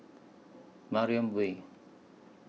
Mariam Way